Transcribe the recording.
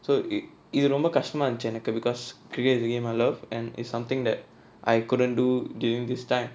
so it இது ரொம்ப கஷ்டமா இருந்துச்சு எனக்கு:ithu romba kashtamaa irunthuchu enakku because cricket is a game I love and it's something that I couldn't do during this time